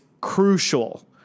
crucial